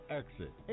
exit